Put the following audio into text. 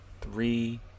three